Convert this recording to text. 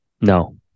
No